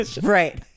Right